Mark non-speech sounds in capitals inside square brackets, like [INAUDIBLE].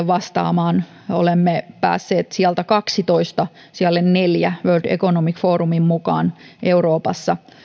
[UNINTELLIGIBLE] vastaamaan energiamurrokseen olemme päässeet sijalta kahdelletoista sijalle neljä world economic forumin mukaan euroopassa